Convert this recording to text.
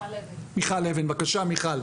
אבן, בבקשה.